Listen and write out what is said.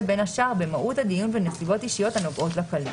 בין השאר במהות הדיון ובנסיבות אישיות הנוגעות לכלוא.